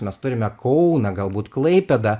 mes turime kauną galbūt klaipėdą